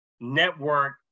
network